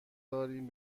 داریم